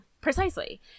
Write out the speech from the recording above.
Precisely